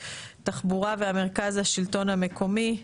תחבורה ומרכז השלטון המקומי.